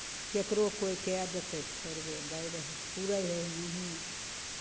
ककरो कोइ कए देतै थोड़बे दैत रहय पुरैत रहय नहिए